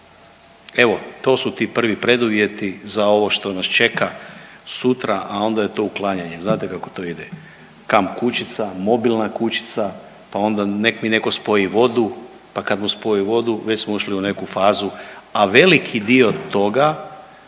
Evo to su ti prvi preduvjeti za ovo što nas čeka sutra, a onda je to uklanjanje. Znate kako to ide, kamp kućica, mobilna kućica, pa onda nek' mi netko spoji vodu, pa kad mu spoji vodu već smo ušli u neku fazu, a veliki dio toga